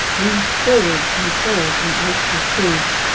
leans forward and falls in ice cascades.